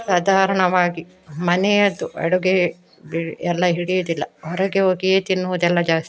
ಸಾಧಾರಣವಾಗಿ ಮನೆಯದ್ದು ಅಡುಗೆ ಎಲ್ಲ ಹಿಡಿಯುವುದಿಲ್ಲ ಹೊರಗೆ ಹೋಗಿಯೇ ತಿನ್ನುವುದೆಲ್ಲ ಜಾಸ್ತಿ